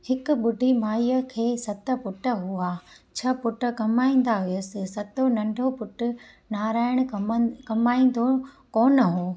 हिक ॿुढी माईअ खे सत पुट हुआ छह पुट कमाईंदा हुअसि सतो नंढो पुट नारायण कम कमाईंदो कोन हो